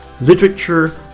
literature